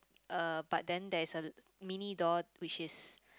uh but then there is a mini door which is